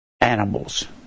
animals